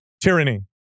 Tyranny